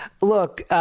look –